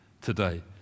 today